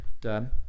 done